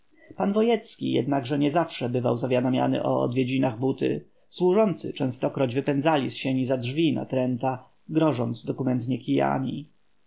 pan wojecki jednakże nie zawsze bywał zawiadamiany o odwiedzinach buty służący częstokroć wypędzali z sieni za drzwi natręta grożąc dokumentnie kijami